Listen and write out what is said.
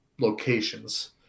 locations